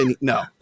no